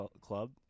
Club